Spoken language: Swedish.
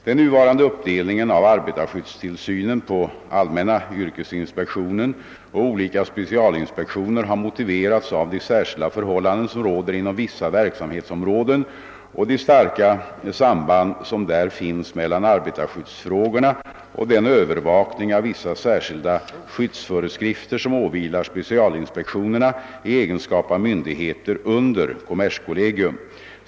Den nuvarande uppdelningen av arbetarskyddstillsynen på allmänna yrkesinspektionen och olika specialinspektioner har motiverats av de särskilda förhållanden som råder inom vissa verksamhetsområden och de starka samband som där finns mellan arbetarskyddsfrågorna och den övervakning av vissa särskilda skyddsföreskrifter som åvilar specialinspektionerna i egenskap av myndigheter under kommerskollegium.